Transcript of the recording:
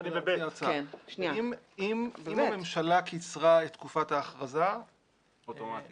אם הממשלה קיצרה את תקופת ההכרזה -- זה אוטומטי.